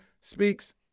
speaks